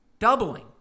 doubling